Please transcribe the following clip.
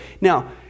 Now